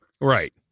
Right